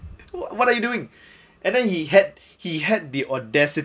what are you doing and then he had he had the audacity